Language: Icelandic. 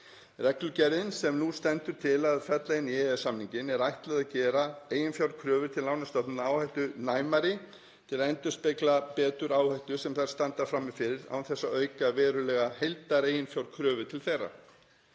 Reglugerðinni, sem nú stendur til að fella inn í EES-samninginn, er ætlað að gera eiginfjárkröfur til lánastofnana áhættunæmari til að endurspegla betur áhættu sem þær standa frammi fyrir án þess að auka verulega heildareiginfjárkröfur til þeirra.